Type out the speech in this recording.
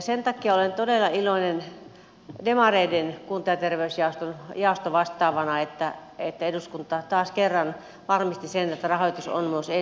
sen takia olen todella iloinen demareiden kunta ja terveysjaoston jaostovastaavana että eduskunta taas kerran varmisti sen että rahoitus on myös ensi vuonna